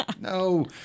No